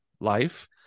life